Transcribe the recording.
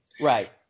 Right